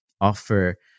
offer